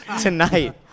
tonight